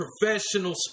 professional